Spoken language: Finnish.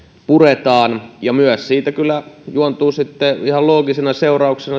puretaan ja siitä kyllä juontuu sitten ihan loogisena seurauksena